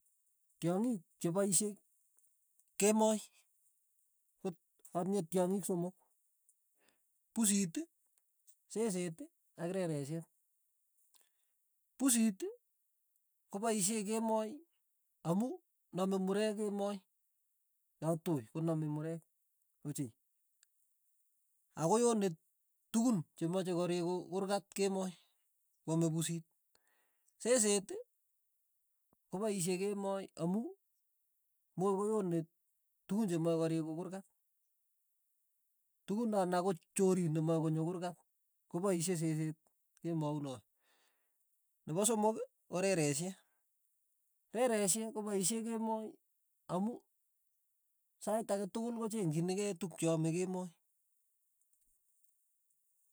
Tyongik chepaishe kemoi, ko atinye tyongik somok, pusit. seseet ak reresiet, pusit kopaishe kemoi amu name murek kemoi, yatui, koname murek ochei, akoyone tukun chemache koriku kurkat kemoi, kwame pusit, seseet kopiashe kemoi amu moi koone tukun chemache koriku kurkat, tukun anan ko chorin nemache konyo kurkat, kopaishe seseet, kemoi not, nepo somok ko reresiet, reresie kopaishe kemoi amu sait ake tukul ko chengchini kei tuk che ame kemoi.